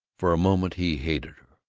for a moment he hated her,